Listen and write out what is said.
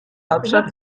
hauptstadt